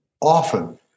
often